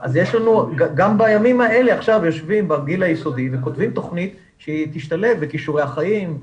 גם בימים אלה יושבים וכותבים תוכנית שתשתלב ב"כישורי החיים",